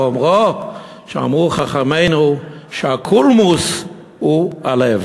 באומרו שאמרו חכמינו שהקולמוס הוא הלב.